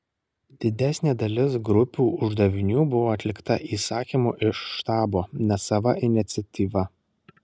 didesnė dalis grupių uždavinių buvo atlikta įsakymu iš štabo ne sava iniciatyva